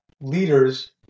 leaders